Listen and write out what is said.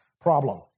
problem